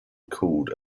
called